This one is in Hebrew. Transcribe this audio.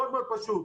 מאוד חשוב,